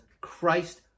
Christ